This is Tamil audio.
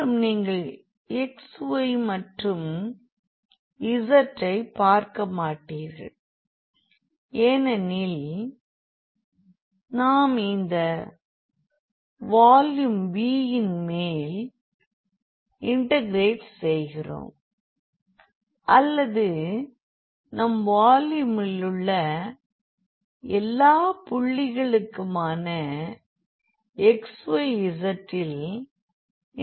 மேலும் நீங்கள் x y மற்றும் z ஐ பார்க்கமாட்டீர்கள் ஏனெனில் நாம் இந்த வால்யூம் Vயின் மேல் இன்டெகிரெட் செய்கிறோம் அல்லது நம் வால்யூமிலுள்ள எல்லா புள்ளிகளுமான xyzஇல் இன்டெகிரெட் செய்கிறோம்